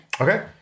Okay